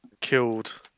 killed